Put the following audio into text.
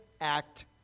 act